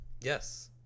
Yes